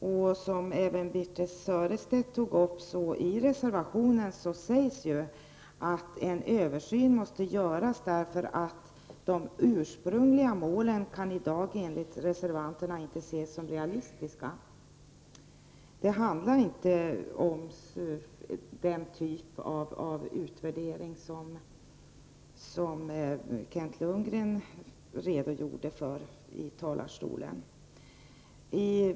Det sägs i reservationen, vilket även Birthe Sörestedt tog upp, att en översyn måste göras därför att de ursprungliga målen enligt reservanterna i dag inte kan ses som realistiska. Det handlar inte om den typ av utvärdering som Kent Lundgren redogjorde för i talarstolen.